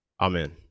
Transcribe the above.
Amen